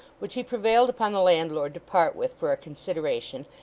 which he prevailed upon the landlord to part with for consideration,